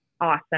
awesome